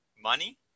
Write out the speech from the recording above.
money